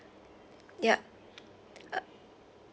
ya uh